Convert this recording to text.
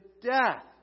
death